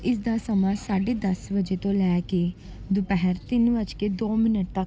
ਇਸ ਦਾ ਸਮਾਂ ਸਾਢੇ ਦਸ ਵਜੇ ਤੋਂ ਲੈ ਕੇ ਦੁਪਹਿਰ ਤਿੰਨ ਵੱਜ ਕੇ ਦੋ ਮਿਨਟ ਤੱਕ